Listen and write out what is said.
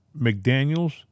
McDaniels